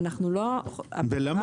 המטרה של הדיווחים היא לא --- ולמה